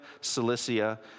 Cilicia